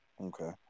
Okay